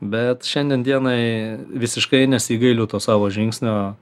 bet šiandien dienai visiškai nesigailiu to savo žingsnio